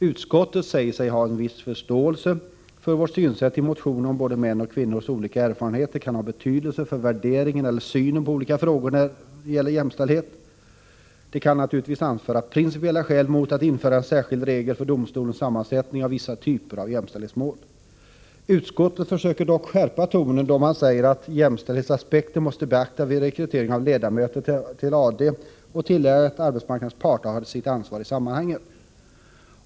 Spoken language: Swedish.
Utskottet säger sig ha en viss förståelse för vårt synsätt i motionen om att både mäns och kvinnors olika erfarenheter kan ha betydelse för värderingen eller synen på olika frågor när det gäller jämställdheten. Det kan naturligtvis anföras principiella skäl mot att införa en särskild regel för domstolens sammansättning vid vissa typer av jämställdhetsmål. Utskottet försöker dock skärpa tonen då man säger att jämställdhetsaspekten måste beaktas vid rekrytering av ledamöter till arbetsdomstolen och tillägger att arbetsmarknadens parter har sitt ansvar i sammanhanget.